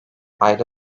ayda